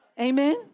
Amen